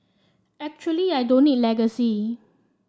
actually I don't need legacy